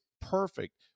perfect